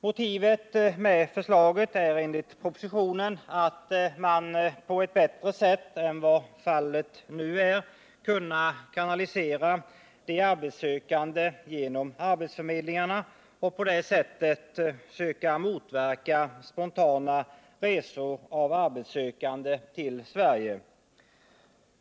Motivet för förslaget är enligt propositionen att man på ett bättre sätt än vad fallet nu är vill kunna kanalisera de arbetssökande genom arbetsförmedlingarna för att på det sättet söka motverka spontana resor av arbetssökande till Sverige.